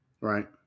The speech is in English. Right